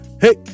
Hey